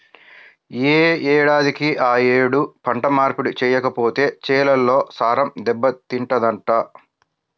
యే ఏడాదికి ఆ యేడు పంట మార్పిడి చెయ్యకపోతే చేలల్లో సారం దెబ్బతింటదంట